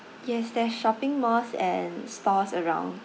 yes there're shopping malls and stores around